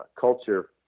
culture